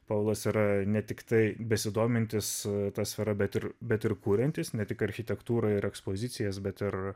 paulas yra ne tiktai besidomintis ta sfera bet ir bet ir kuriantys ne tik architektūrą ir ekspozicijas bet ir